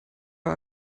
war